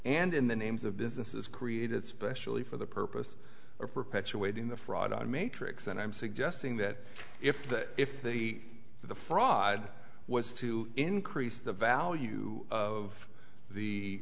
and in the names of businesses created specially for the purpose of perpetuating the fraud on matrix and i'm suggesting that if the if the the fraud was to increase the value of the